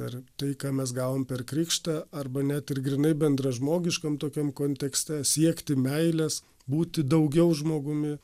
ar tai ką mes gavom per krikštą arba net ir grynai bendražmogiškam tokiam kontekste siekti meilės būti daugiau žmogumi